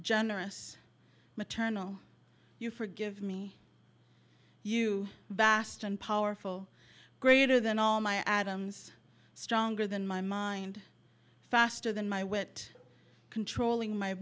generous maternal you forgive me you vast and powerful greater than all my adam's stronger than my mind faster than my wit controlling my